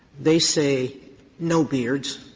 they say no beards.